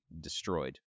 destroyed